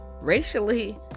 racially